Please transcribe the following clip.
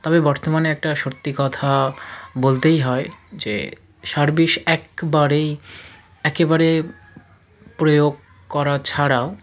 তবে বর্তমানে একটা সত্যি কথা বলতেই হয় যে সার বিষ একবারেই একেবারে প্রয়োগ করা ছাড়াও